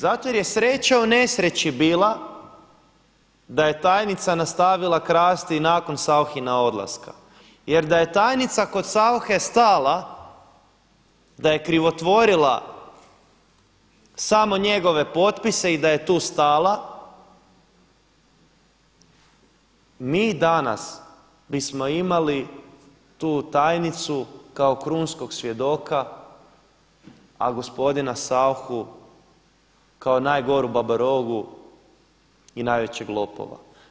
Zato jer je sreća u nesreći bila da je tajnica nastavila krasti nakon Sauchina odlaska jer da je tajnica kod SAuche stala da je krivotvorila samo njegove potpise i da je tu stala mi danas bismo imali tu tajnicu kao krunskog svjedoka, a gospodina Sauchu kao najgoru babarogu i najvećeg lopova.